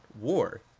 war